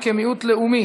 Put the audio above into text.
הרווחה והבריאות של הכנסת.